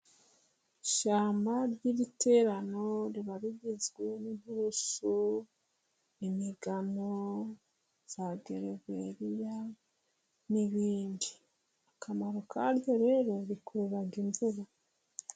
Ishyamba ry'iriterano riba rigizwe n'ikeshu, imigano, zagereveriya n'ibindi. Akamaro karyo rero rikururaga imvura.